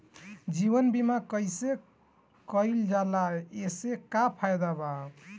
जीवन बीमा कैसे कईल जाला एसे का फायदा बा?